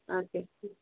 اَد کِیاہ